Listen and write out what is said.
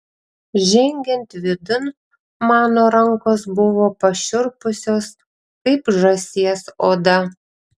žengiant vidun mano rankos buvo pašiurpusios kaip žąsies oda